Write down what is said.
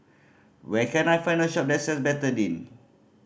where can I find a shop that sells Betadine